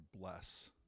bless